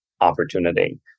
opportunity